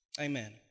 Amen